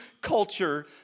culture